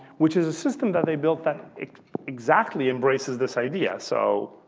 which is a system that they built that exactly embraces this idea. so